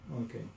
Okay